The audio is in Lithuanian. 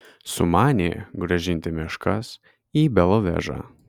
sumanė grąžinti meškas į belovežą